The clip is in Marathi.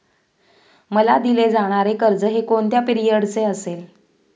मला दिले जाणारे कर्ज हे कोणत्या पिरियडचे असेल?